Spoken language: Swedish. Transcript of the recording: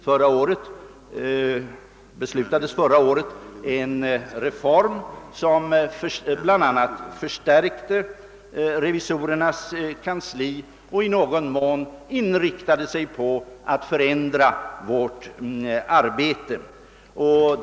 Förra året beslutades en reform som bl.a. förstärkte revisorernas kansli och i någon mån inriktade sig på att förändra vårt arbete.